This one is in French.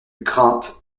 grimpe